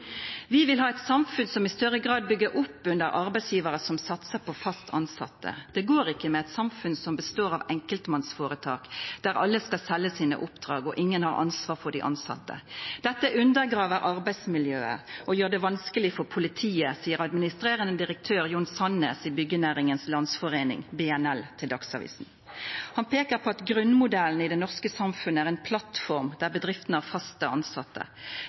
vil ha et samfunn som i større grad bygger opp under arbeidsgivere som satser på fast ansatte. Det går ikke med et samfunn som består av enkeltmannsforetak der alle skal selge sine oppdrag, og ingen har ansvar for de ansatte. Dette undergraver arbeidsmiljøet og gjør det vanskeligere for politiet.» Han peikar på at grunnmodellen i det norske samfunnet er ei plattform der bedriftene har